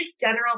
general